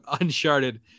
Uncharted